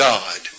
God